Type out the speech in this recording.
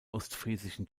ostfriesischen